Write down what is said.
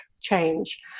change